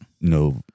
no